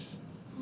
so obvious